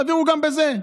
תעבירו גם בזה,